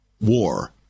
war